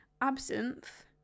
Absinthe